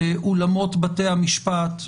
באולמות בתי המשפט,